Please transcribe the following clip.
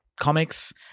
comics